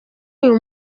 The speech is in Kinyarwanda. uyu